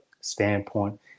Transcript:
standpoint